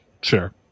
sure